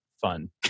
fun